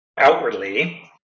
outwardly